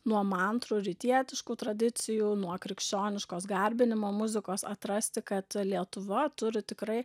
nuo mantrų rytietiškų tradicijų nuo krikščioniškos garbinimo muzikos atrasti kad lietuva turi tikrai